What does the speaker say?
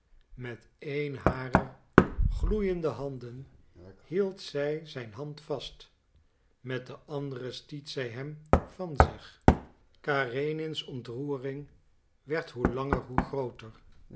met een harer gloeiende handen hield zij zijn hand vast met de andere stiet zij hem van zich karenins ontroering werd hoe langer hoe grooter